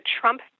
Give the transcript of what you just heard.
Trump